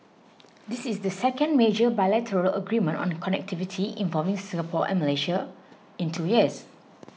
this is the second major bilateral agreement on connectivity involving Singapore and Malaysia in two years